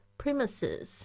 premises